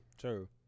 true